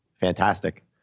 Fantastic